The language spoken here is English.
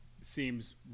seems